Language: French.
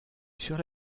sur